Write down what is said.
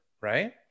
Right